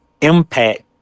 impact